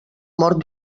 mort